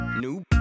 new